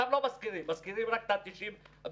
אותם לא מזכירים, מזכירים רק 100-90 הרוגים.